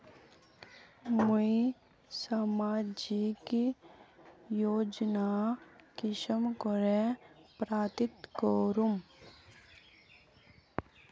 मुई सामाजिक योजना कुंसम करे प्राप्त करूम?